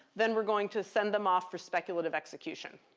then we're going to send them off for speculative execution.